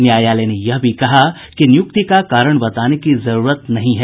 न्यायालय ने यह भी कहा कि नियुक्ति का कारण बताने की जरूरत नहीं है